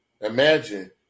Imagine